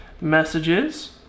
messages